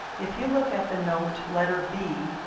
if you look at the note letter b,